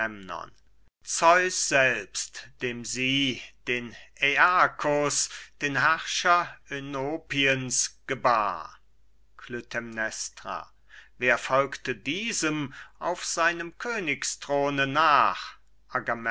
selbst dem sie den aeakus den herrscher oenopiens gebar klytämnestra wer folgte diesem auf seinem königsthrone nach